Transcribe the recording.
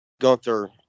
Gunther